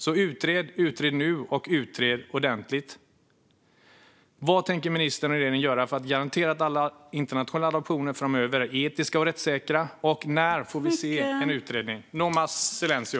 Så utred, utred nu och utred ordentligt! Vad tänker ministern och regeringen göra för att garantera att alla internationella adoptioner framöver är etiska och rättssäkra? Och när får vi se en utredning? No más silencio!